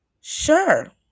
sure